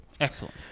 Excellent